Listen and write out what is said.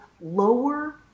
lower